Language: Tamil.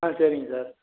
ஆ சரிங்க சார்